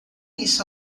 isso